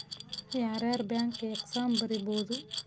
ಯಾರ್ಯಾರ್ bank exam ಬರಿಬೋದು